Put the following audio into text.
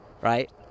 right